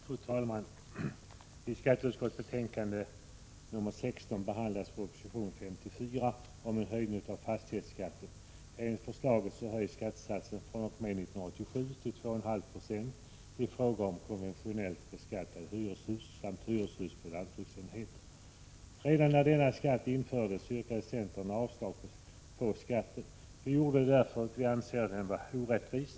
Fru talman! I skatteutskottets betänkande 16 behandlas proposition 48, vari föreslås att skattesatsen för fastighetsskatt fr.o.m. år 1987 höjs till 2,5 9o i fråga om konventionellt beskattade hyreshusenheter samt hyreshus på lantbruksenheter. Redan när denna skatt infördes, yrkade centern avslag på densamma. Vi gjorde det därför att vi anser att den är orättvis.